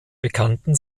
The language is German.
bekannten